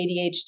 ADHD